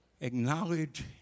acknowledge